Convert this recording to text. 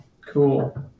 Cool